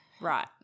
Right